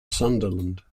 sunderland